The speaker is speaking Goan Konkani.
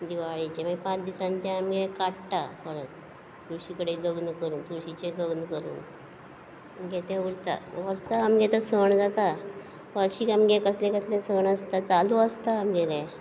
दिवाळेचें माय पांच दिसांनी ते आमगे काडटा परत तुळशी कडेन लग्न करूंक तुळशीचें लग्न करून आमगे तें उरता असो आमगे ते सण जाता वार्शीक आमगे कसले कसले सण आसता चालू आसता आमगेलें